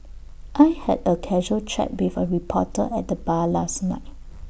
I had A casual chat with A reporter at the bar last night